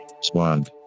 Squad